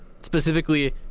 specifically